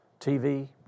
TV